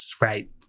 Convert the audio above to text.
right